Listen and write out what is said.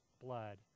blood